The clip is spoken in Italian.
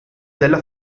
della